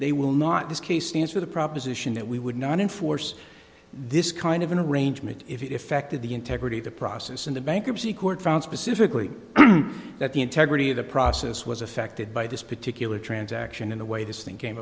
they will not this case stands for the proposition that we would not enforce this kind of an arrangement if ekta the integrity of the process in the bankruptcy court found specifically that the integrity of the process was affected by this particular transaction in the way this thing came